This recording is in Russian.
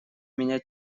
меня